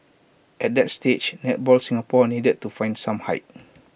at that stage netball Singapore needed to find some height